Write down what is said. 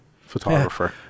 photographer